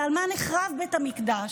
ועל מה נחרב בית המקדש?